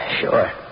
Sure